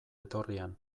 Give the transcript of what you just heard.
etorrian